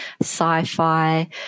sci-fi